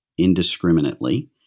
Indiscriminately